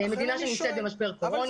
מדינה שנמצאת במשבר קורונה,